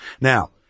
Now